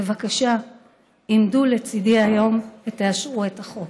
בבקשה עמדו לצידי היום ותאשרו את החוק.